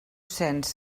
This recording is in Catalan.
cents